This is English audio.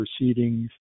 proceedings